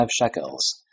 shekels